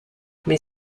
mais